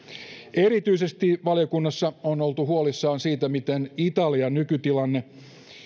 erityisesti valiokunnassa on oltu huolissaan siitä miten italian nykytilanne